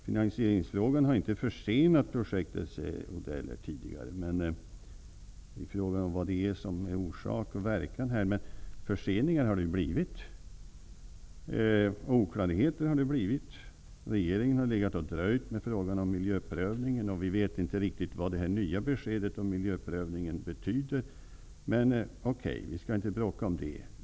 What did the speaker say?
Finansieringsfrågan har inte försenat projektet, säger Mats Odell. Det är svårt att avgöra vad som är orsak och verkan. Förseningar har det blivit, och oklarheter har det blivit. Regeringen har dröjt med frågan om miljöprövningen. Vi vet inte riktigt vad det nya beskedet om miljöprövningen betyder. Men låt oss inte bråka om det.